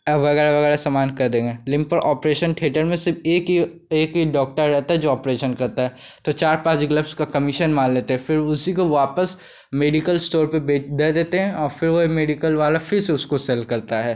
और वग़ैरह वग़ैरह सामान कर देंगे लेकिन पर ऑपरेशन थिएटर में सिर्फ एक ही एक ही डॉक्टर आ जाता जो ऑपरेशन करता है तो चार पाँच ग्लव्स का कमीशन मार लेते हैं फिर उसी को वापस मेडिकल स्टोर पर बे दे देते हैं और फिर वही मेडिकल वाला फिर से उसको सेल करता है